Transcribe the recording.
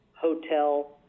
hotel